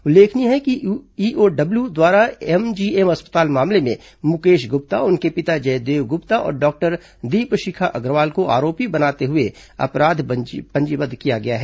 उल्लेखनीय है कि ईओडब्ल्यू द्वारा एमजीएम अस्पताल मामले में मुकेश गुप्ता उनके पिता जयदेव गुप्ता और डॉक्टर दीपशिखा अग्रवाल को आरोपी बनाते हुए अपराध पंजीबद्व किया गया है